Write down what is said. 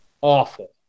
awful